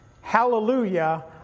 hallelujah